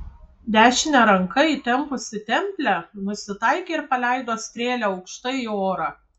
dešine ranka įtempusi templę nusitaikė ir paleido strėlę aukštai į orą